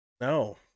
no